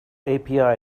api